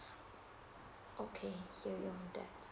okay hear you on that